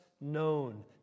known